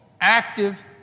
active